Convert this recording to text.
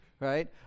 right